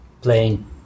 playing